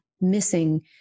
missing